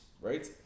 right